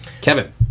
Kevin